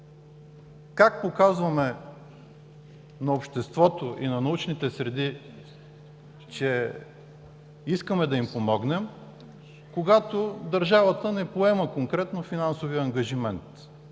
как показваме на обществото и на научните среди, че искаме да им помогнем, когато държавата не поема конкретно финансовия ангажимент?